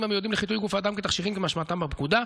המיועדים לחיטוי גוף האדם כתכשירים כמשמעם בפקודה.